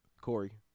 Corey